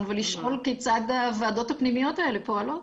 ולשאול כיצד הוועדות הפנימיות האלה פועלות.